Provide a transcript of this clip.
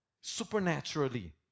Supernaturally